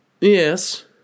Yes